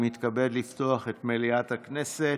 ירושלים, הכנסת,